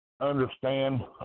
understand